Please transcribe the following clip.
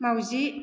माउजि